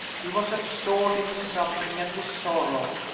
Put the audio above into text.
he was absorbed in his suffering and his sorrow.